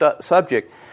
subject